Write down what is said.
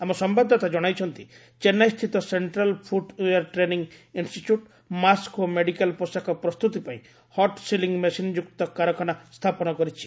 ଆମ ସମ୍ଭାଦଦାତା ଜଣାଇଛନ୍ତି ଚେନ୍ନାଇସ୍ଥିତ central footwear training institute mask ଓ ମେଡିକାଲ୍ ପୋଷାକ ପ୍ରସ୍ତୁତି ପାଇଁ ହଟ୍ ସିଲିଙ୍ଗ୍ ମେସିନ୍ଯୁକ୍ତ କାରଖାନା ସ୍ଥାପନ କରିଛି